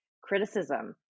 criticism